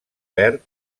verd